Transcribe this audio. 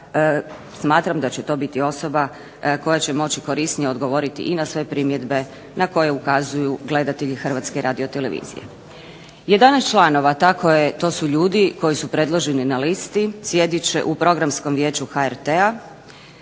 Smatram da će to biti osoba koja će moći korisnije odgovoriti i na sve primjedbe na koje ukazuju gledatelji HRT-a. 11 članova, tako je to su ljudi koji su predloženi na listi, sjedit će u Programskom vijeću HRT-a